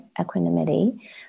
equanimity